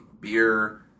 beer